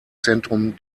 zentrum